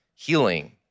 healing